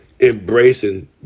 embracing